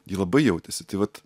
ji labai jautėsi tai vat